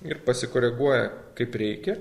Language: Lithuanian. ir pasikoreguoja kaip reikia